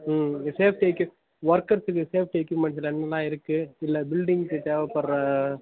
ம் safety equip ஒர்க்கர்ஸ்ஸுக்கு safety equipments என்னென்னலாம் இருக்குது இல்லை பில்டிங் தேவைப்பட்ற